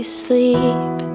sleep